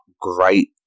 great